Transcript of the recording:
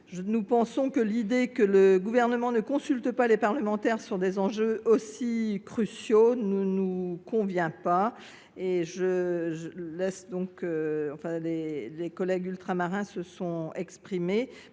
de calcul. Mais l’idée qu’il ne consulte pas les parlementaires sur des enjeux aussi cruciaux ne nous convient pas. Les collègues ultramarins se sont exprimés